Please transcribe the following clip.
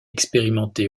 expérimenté